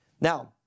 Now